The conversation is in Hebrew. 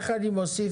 לך אני מוסיף,